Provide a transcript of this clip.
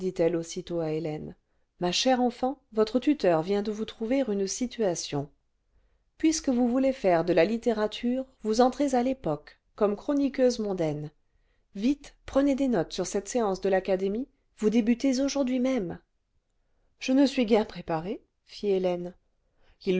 aussitôt à hélène ma chère enfant votre tuteur vient de vous trouver une situation puisque vous voulez faire de la ruines de la colonne de juillet le vingtième siècle littérature vous entrez à vépoquej comme chroniqueuse mondaine vite prenez des notes sur cette séance de l'académie vous débutez aujourd'hui même je ne suis guère préparée